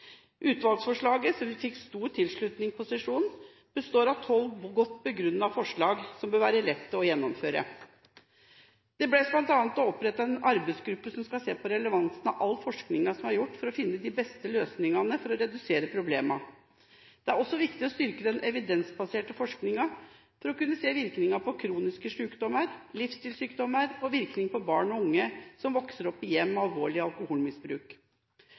Utvalgsforslaget, som fikk stor tilslutning på sesjonen, består av tolv godt begrunnede forslag som bør være lette å gjennomføre. Det bes bl.a. opprettet en arbeidsgruppe som skal se på relevansen av all den forskningen som er gjort, for å finne de beste løsningene for å redusere problemene. Det er også viktig å styrke den evidensbaserte forskningen for å kunne se virkningen på kroniske sykdommer, livsstilsykdommer og virkningen på barn og unge som vokser opp i hjem med alvorlig alkoholmisbruk.